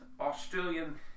Australian